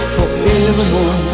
Forevermore